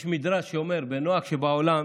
יש מדרש שאומר: בנוהג שבעולם